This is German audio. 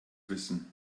wissen